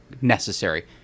necessary